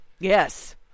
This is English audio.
Yes